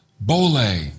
Bole